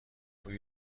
روی